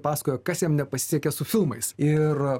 pasakojo kas jam nepasisekė su filmais ir